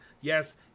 yes